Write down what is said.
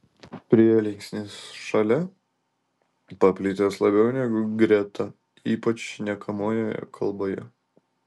prielinksnis šalia paplitęs labiau negu greta ypač šnekamojoje kalboje